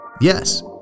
Yes